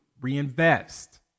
reinvest